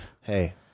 Hey